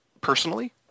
personally